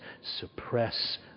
suppress